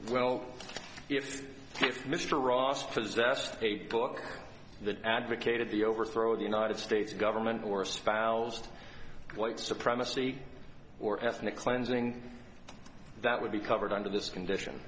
well if mr ross possessed a book that advocated the overthrow of the united states government or spousal white supremacy or ethnic cleansing that would be covered under this condition